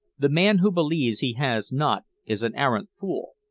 the man who believes he has not is an arrant fool.